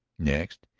next,